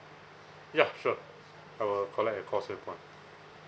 ya sure I will collect at causeway point